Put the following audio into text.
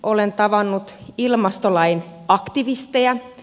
olen tavannut ilmastolain aktivisteja